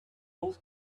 old